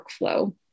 workflow